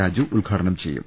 രാജു ഉദ്ഘാടനം ചെയ്യും